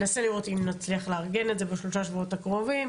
ננסה לראות אם נצליח לארגן את זה בשלושה השבועות הקרובים.